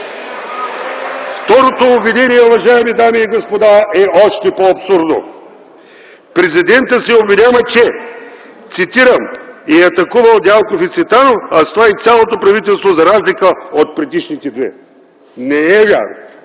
Второто обвинение, уважаеми дами и господа, е още по-абсурдно. Президентът се обвинява, че е „атакувал Дянков и Цветанов, а с това и цялото правителство, за разлика от предишните две”. Не е вярно!